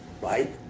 right